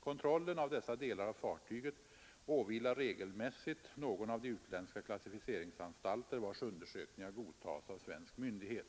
Kontrollen av d delar av fartyget åvilar regelmässigt någon av de utländska klassificeringsanstalter vilkas undersökningar godtas av svensk myndighet.